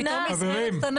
פתאום היא קטנה?